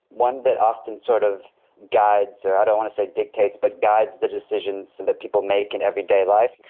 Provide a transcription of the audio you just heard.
one that often sort of guides or, i don't want to say dictates, dictates, but guides the decisions and that people make in everyday life.